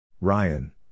Ryan